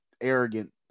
arrogant